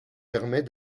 permet